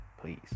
please